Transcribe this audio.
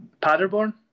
Paderborn